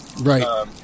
Right